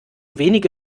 wenige